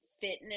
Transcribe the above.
fitness